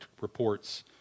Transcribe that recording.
reports